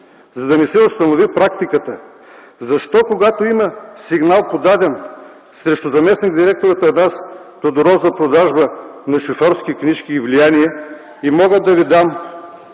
За да не се установи практиката. Защо когато има сигнал, подаден срещу заместник-директор Атанас Тодоров за продажба на шофьорски книжки и влияние – мога да Ви дам